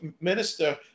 minister